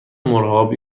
مرغابی